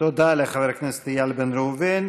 תודה לחבר הכנסת איל בן ראובן.